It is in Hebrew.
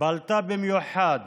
בלטה במיוחד